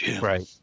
right